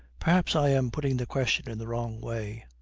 perhaps i am putting the question in the wrong way.